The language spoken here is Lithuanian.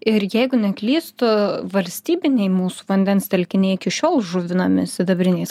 ir jeigu neklystu valstybiniai mūsų vandens telkiniai iki šiol žuvinami sidabriniais